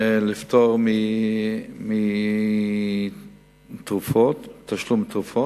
לפטור מתשלום על תרופות,